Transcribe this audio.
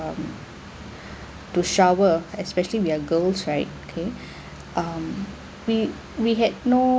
to shower especially we are girls right okay um we we had no